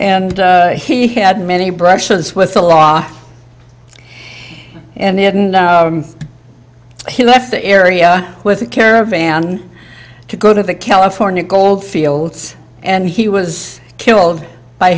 and he had many brushes with the law and in he left the area with a caravan to go to the california gold fields and he was killed by